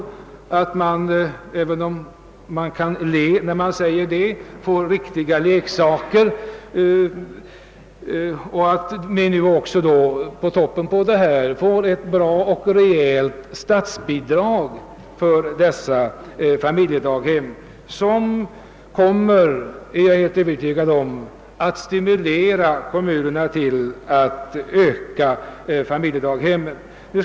Familjedaghemmen kommer — även om någon ler när man säger det — att få riktiga leksaker. I toppen på allt detta kommer vi att få ett bra och rejält statsbidrag för familjedaghemmen. Detta kommer — det är jag övertygad om — att stimulera kommunerna att öka familjedaghemsverksamheten.